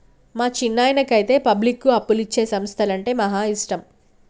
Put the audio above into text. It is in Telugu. మా చిన్నాయనకైతే పబ్లిక్కు అప్పులిచ్చే సంస్థలంటే మహా ఇష్టం